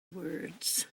words